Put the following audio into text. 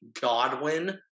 godwin